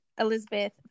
Elizabeth